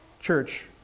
church